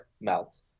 melt